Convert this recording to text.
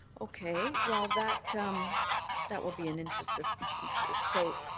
okay. well, that um that will be an interesting so,